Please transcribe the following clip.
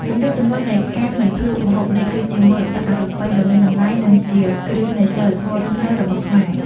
ទំនៀមទម្លាប់នៃការមិនភ្លក្សម្ហូបនេះ គឺជាមរតកអរូបីដ៏មានតម្លៃ និងជាគ្រឹះនៃសីលធម៌រស់នៅរបស់ខ្មែរ។